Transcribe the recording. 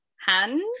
hand